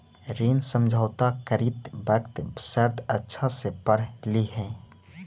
ऋण समझौता करित वक्त शर्त अच्छा से पढ़ लिहें